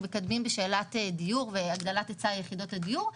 מקדמים בשאלת הדיור והגדלת היצע יחידות הדיור.